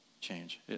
change